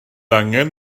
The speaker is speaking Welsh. angen